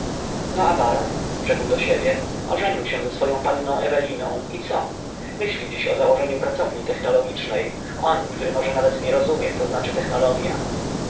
a baron rzekł do siebie ożenił się ze swoją panną eweliną i co myśli dziś o założeniu pracowni technologicznej on który może nawet nie rozumie co znaczy technologia